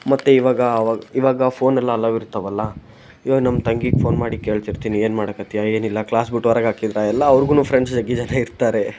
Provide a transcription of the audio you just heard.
ಮತ್ತು ಇವಾಗ ಆವಾಗ ಇವಾಗ ಫೋನೆಲ್ಲ ಅಲೌ ಇರ್ತಾವಲ್ಲಾ ಇವಾಗ ನಮ್ಮ ತಂಗಿಗೆ ಫೋನ್ ಮಾಡಿ ಕೇಳ್ತಿರ್ತೀನಿ ಏನು ಮಾಡಕತ್ಯಾ ಏನಿಲ್ಲಾ ಕ್ಲಾಸ್ ಬಿಟ್ಟು ಹೊರಗಾಕಿದ್ರಾ ಎಲ್ಲಾ ಅವರ್ಗೂನು ಫ್ರೆಂಡ್ಸ್ ಜಗ್ಗಿ ಜನ ಇರ್ತಾರೆ